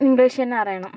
English തന്നെ അറിയണം